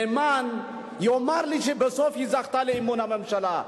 נאמן, יאמר לי שבסוף היא זכתה לאמון הממשלה.